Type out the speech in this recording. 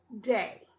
day